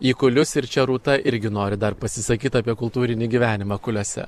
į kulius ir čia rūta irgi nori dar pasisakyt apie kultūrinį gyvenimą kuliuose